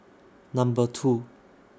Number two